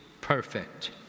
perfect